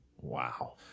wow